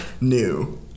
new